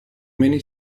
many